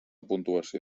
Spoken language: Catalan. puntuació